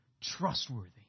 trustworthy